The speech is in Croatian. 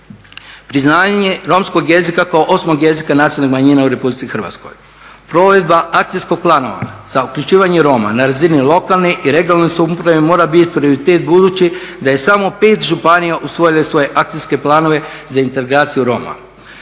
Priznavanje romskog jezika kao osmog jezika nacionalnih manjina u RH, provedba akcijskog plana za uključivanje Roma na razini lokalne i regionalne samouprave mora biti prioritet budući da je samo 5 županija usvojilo svoje akcijske planove za integraciju Roma.